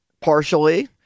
partially